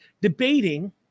debating